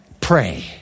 pray